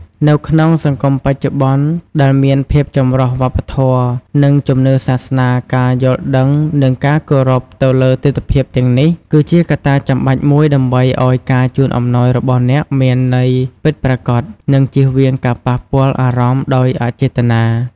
នៅក្នុងសង្គមបច្ចុប្បន្នដែលមានភាពចម្រុះវប្បធម៌ និងជំនឿសាសនា ការយល់ដឹង និងការគោរពទៅលើទិដ្ឋភាពទាំងនេះ គឺជាកត្តាចាំបាច់មួយដើម្បីឲ្យការជូនអំណោយរបស់អ្នកមានន័យពិតប្រាកដ និងជៀសវាងការប៉ះពាល់អារម្មណ៍ដោយអចេតនា។